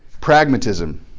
pragmatism